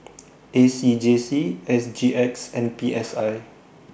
A C J C S G X and P S I